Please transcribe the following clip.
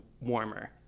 warmer